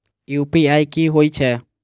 UPI की होई छै?